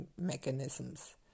mechanisms